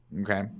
Okay